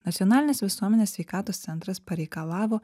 nacionalinis visuomenės sveikatos centras pareikalavo